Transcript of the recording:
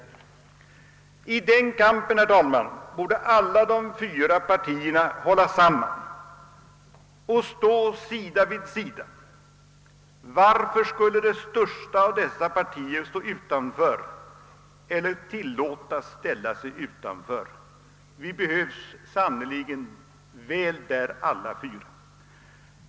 I den kampen, herr talman, borde alla de fyra partierna hålla samman och stå sida vid sida. Varför skulle det största av dessa partier stå utanför eller tillåtas stå utanför? Vi behövs sannerligen väl där alla fyra.